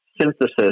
synthesis